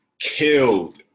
killed